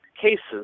Cases